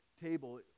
table